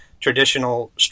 traditional